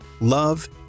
love